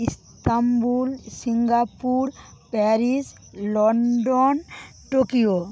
Istanbul Singapore Paris London Tokyo